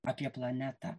apie planetą